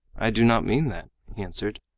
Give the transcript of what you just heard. i do not mean that, he answered.